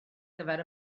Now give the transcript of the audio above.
gyfer